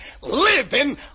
Living